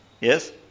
Yes